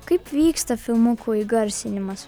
kaip vyksta filmukų įgarsinimas